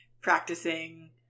Practicing